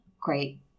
great